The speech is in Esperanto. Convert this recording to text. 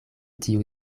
tiu